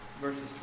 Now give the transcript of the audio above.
verses